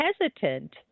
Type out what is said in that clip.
hesitant